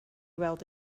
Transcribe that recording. weld